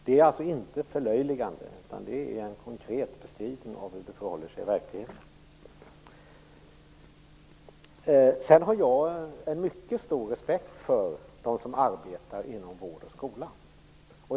Jag har inte gjort något förlöjligande, utan det var en konkret beskrivning av hur det förhåller sig i verkligheten. Sedan har jag en mycket stor respekt för dem som arbetar inom vård och skola.